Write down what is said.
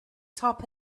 top